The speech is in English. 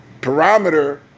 parameter